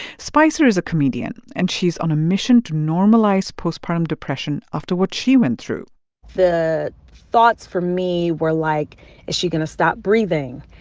spicer is a comedian, and she's on a mission to normalize postpartum depression after what she went through the thoughts for me were like, is she going to stop breathing?